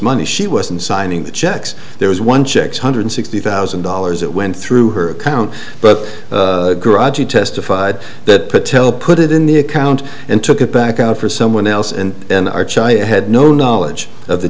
money she wasn't signing the checks there was one checks hundred sixty thousand dollars that went through her account but garage she testified that patel put it in the account and took it back out for someone else and then arch i had no knowledge of the